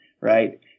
right